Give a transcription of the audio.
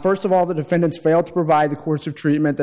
first of all the defendants failed to provide the course of treatment that